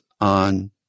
on